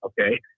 okay